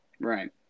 Right